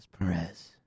Perez